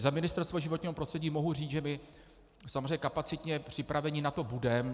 Za Ministerstvo životního prostředí mohu říct, že my samozřejmě kapacitně připraveni na to budeme.